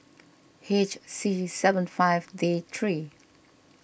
H C seven five D three